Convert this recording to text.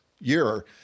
year